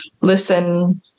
listen